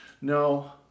No